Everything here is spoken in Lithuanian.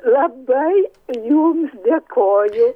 labai jums dėkoju